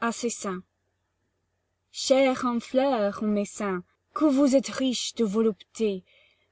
à ses seins chairs en fleurs ô mes seins que vous êtes riches de volupté